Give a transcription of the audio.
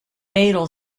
fatal